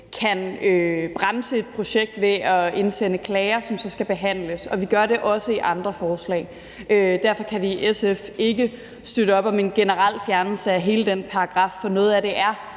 kan bremse et projekt ved at indsende klager, som så skal behandles, og vi gør det også ved andre forslag. Derfor kan vi i SF ikke støtte op om en generel fjernelse af hele den paragraf, for noget af det er